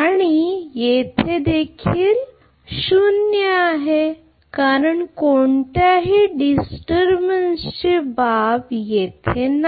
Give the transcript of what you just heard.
आणि येथे देखील शून्य आहे कारण कोणत्याही डिस्टर्बन्स ची बाब येथे नाही